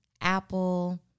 Apple